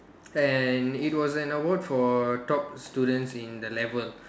and it was an award for top students in the level